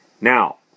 Now